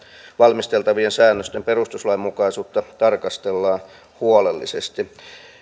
valmisteltavien säännösten perustuslainmukaisuutta tarkastellaan huolellisesti